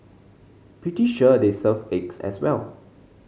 pretty sure they serve eggs as well